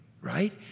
right